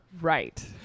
Right